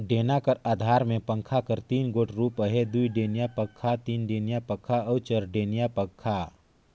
डेना कर अधार मे पंखा कर तीन गोट रूप अहे दुईडेनिया पखा, तीनडेनिया पखा अउ चरडेनिया पखा